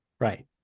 Right